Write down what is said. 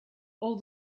all